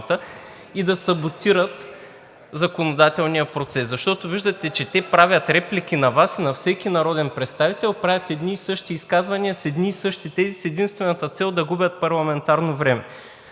и да саботират законодателния процес. Защото виждате, че те правят реплики на Вас и на всеки народен представител, правят едни и също изказвания, с едни и същи тези, с единствената цел да губят парламентарно време.